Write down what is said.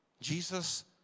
Jesus